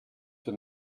für